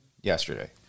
yesterday